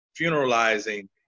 funeralizing